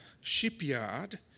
shipyard